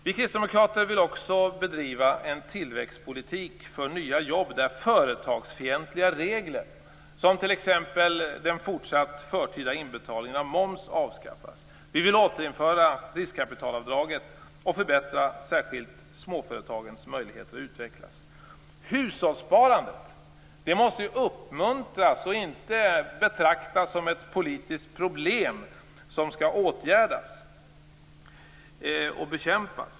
Vi kristdemokrater vill också driva en tillväxtpolitik för nya jobb där företagsfientliga regler, som den fortsatt förtida inbetalningen av moms, avskaffas. Vi vill återinföra riskkapitalavdraget och förbättra särskilt småföretagens möjligheter att utvecklas. Hushållssparandet måste uppmuntras, inte betraktas som ett politiskt problem som skall åtgärdas och bekämpas.